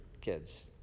kids